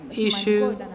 issue